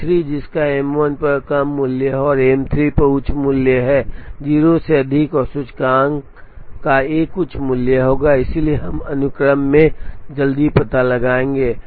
जे 3 जिसका एम 1 पर कम मूल्य है और एम 3 पर उच्च मूल्य है 0 से अधिक और सूचकांक का एक उच्च मूल्य होगा और इसलिए हम अनुक्रम में जल्दी पता लगाएंगे